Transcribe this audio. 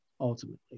ultimately